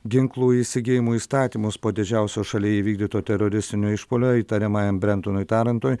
ginklų įsigijimo įstatymus po didžiausio šalyje įvykdyto teroristinio išpuolio įtariamajam brentonui tarantui